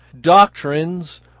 doctrines